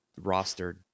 rostered